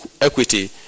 equity